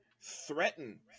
threaten